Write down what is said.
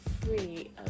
free